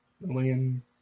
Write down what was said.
million